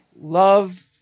love